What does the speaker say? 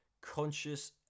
conscious